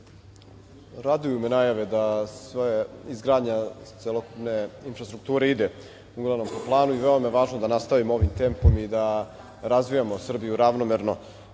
Hvala. Raduju me najave da izgradnja celokupne infrastrukture ide uglavnom po planu i veoma je važno da nastavimo ovim tempom i da razvijamo Srbiju ravnomerno